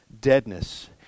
deadness